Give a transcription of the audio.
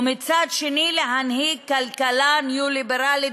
ומצד שני להנהיג כלכלה ניו-ליברלית